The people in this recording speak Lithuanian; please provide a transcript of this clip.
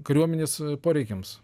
kariuomenės poreikiams